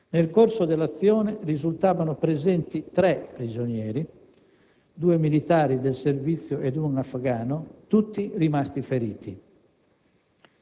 Nel corso dell'azione, risultavano presenti tre prigionieri (due militari del servizio ed un afgano), tutti rimasti feriti.